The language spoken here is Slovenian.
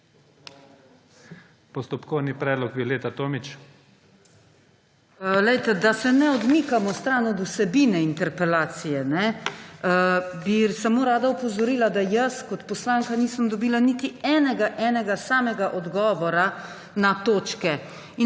Postopkovni predlog Violeta Tomić. VIOLETA TOMIĆ (PS Levica): Da se ne odmikamo stran od vsebine interpelacije, bi samo rada opozorila, da jaz kot poslanka nisem dobila niti enega, enega samega odgovora na točke.